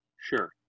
Sure